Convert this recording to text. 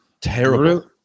Terrible